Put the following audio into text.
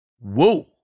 Whoa